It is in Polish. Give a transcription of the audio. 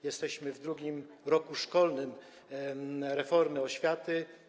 Jesteśmy w drugim roku szkolnym reformy oświaty.